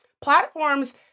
Platforms